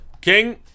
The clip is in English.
King